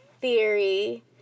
theory